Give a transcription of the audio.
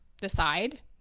decide